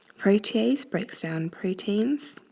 protease breaks down proteins